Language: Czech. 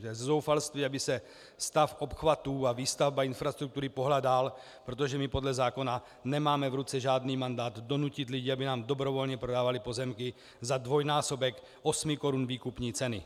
Ze zoufalství, aby se stav obchvatů a výstavba infrastruktury pohnuly dále, protože my podle zákona nemáme v ruce žádný mandát donutit lidi, aby nám dobrovolně prodávali pozemky za dvojnásobek osmi korun výkupní ceny.